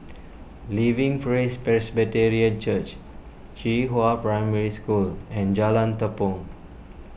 Living Praise Presbyterian Church Qihua Primary School and Jalan Tepong